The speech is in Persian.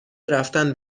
رفتن